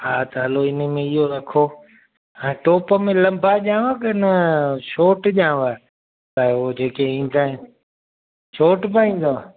हा त हलो इनमें इहो रखो हाणे टोप में लंबा ॾियांव की न शोर्ट ॾियांव त हो जेके ईंदा आहिनि शोर्ट पाईंदव